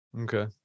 okay